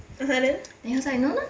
(uh huh) then